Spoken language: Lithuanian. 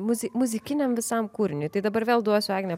muzikiniam visam kūriniui tai dabar vėl duosiu agnė